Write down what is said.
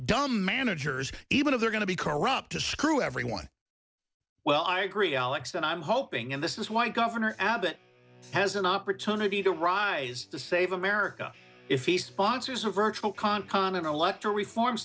dumb managers even if they're going to be corrupt to screw everyone well i agree alex and i'm hoping and this is why governor abbott has an opportunity to rise to save america if he sponsors a virtual con con and electoral reform